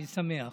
אני שמח.